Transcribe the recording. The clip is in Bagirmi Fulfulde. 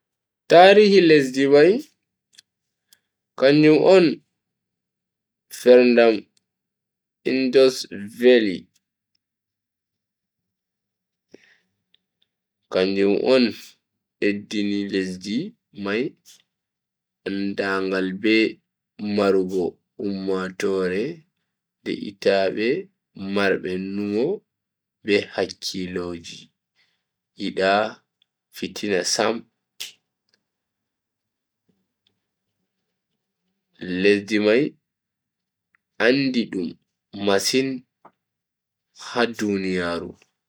Tarihi lesdi mai kanjum on ferndam indus vally. kanjum on beddini lesdi mai andaangal be marugo ummatoore de'itabe marbe numo be hakkilo je yida fitina Sam. lesdi mai andiidum masin ha duniyaaru.